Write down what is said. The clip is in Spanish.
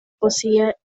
poesía